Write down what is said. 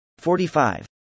45